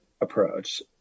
approach